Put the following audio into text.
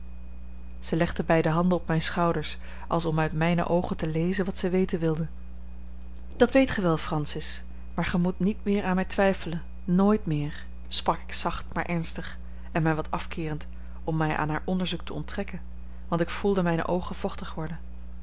zij legde beide handen op mijne schouders als om uit mijne oogen te lezen wat zij weten wilde dat weet gij wel francis maar gij moet niet weer aan mij twijfelen nooit meer sprak ik zacht maar ernstig en mij wat afkeerend om mij aan haar onderzoek te onttrekken want ik voelde mijne oogen vochtig worden